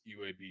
UAB